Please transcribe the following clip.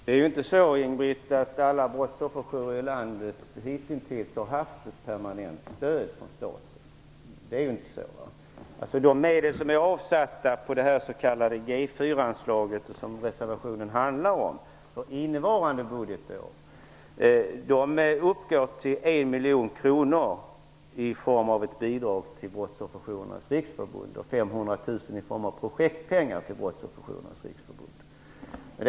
Herr talman! Det är inte så, Ingbritt Irhammar, att alla brottsofferjourer i landet hitintills har haft permanent stöd från staten. Det är inte så. De medel som är avsatta på det s.k. G 4-anslaget, som reservationen handlar om, uppgår för innevarande budgetår till 1 miljon kronor i form av ett bidrag till Brottsofferjourernas riksförbund och 500 000 kr i form av projektpengar till Brottsofferjourernas riksförbund.